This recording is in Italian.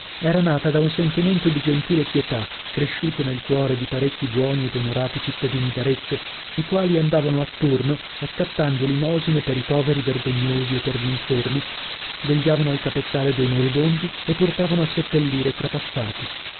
era nata da un sentimento di gentile pietà cresciuto nel cuore di parecchi buoni ed onorati cittadini d'arezzo i quali andavano attorno accattando limosine per i poveri vergognosi e per gl'infermi vegliavano al capezzale dei moribondi e portavano a seppellire i trapassati